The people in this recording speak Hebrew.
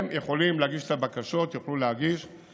יכולים להגיש את הבקשות ולקבל.